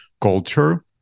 culture